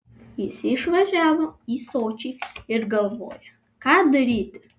jis išvažiavo į sočį ir galvoja ką daryti